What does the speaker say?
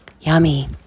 Yummy